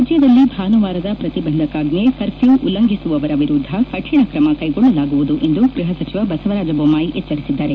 ರಾಜ್ಯದಲ್ಲಿ ಭಾನುವಾರದ ಪ್ರತಿಬಂಧಕಾಜ್ಞೆ ಕಫ್ರೊ ಉಲ್ಲಂಘಿಸುವವರ ವಿರುದ್ದ ಕರಿಣ ಕ್ರಮ ಕೈಗೊಳ್ಳಲಾಗುವುದು ಎಂದು ಗೃಹ ಸಚಿವ ಬಸವರಾಜ ಬೊಮ್ಮಾಯಿ ಎಚ್ಚರಿಸಿದ್ದಾರೆ